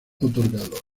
otorgado